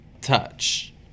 touch